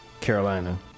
Carolina